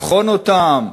לבחון אותם?